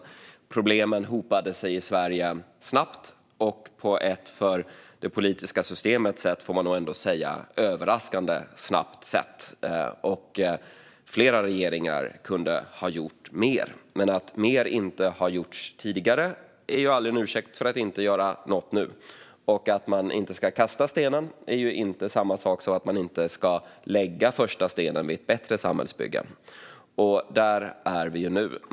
Problemen hopade sig i Sverige snabbt och på ett, för det politiska systemet får man nog ändå säga, överraskande snabbt sätt. Flera regeringar kunde ha gjort mer. Men att mer inte har gjorts tidigare är aldrig en ursäkt för att inte göra något nu, och att man inte ska kasta stenen är ju inte samma sak som att man inte ska lägga första stenen för ett bättre samhällsbygge. Där är vi nu.